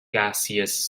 gaseous